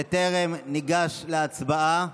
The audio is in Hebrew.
בטרם ניגש להצבעה,